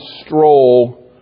stroll